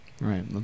right